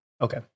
Okay